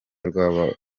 rw’abagore